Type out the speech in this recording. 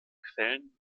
quellen